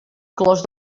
clos